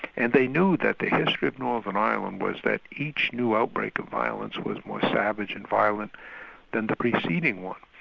and they knew that the history of northern ireland was that each new outbreak of violence was more savage and violent than the preceding one.